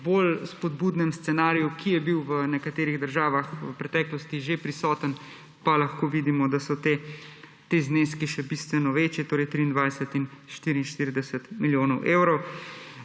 bolj spodbudnem scenariju, ki je bil v nekaterih državah v preteklosti že prisoten, pa lahko vidimo, da so ti zneski še bistveno večji, torej 23 in 44 milijonov evrov.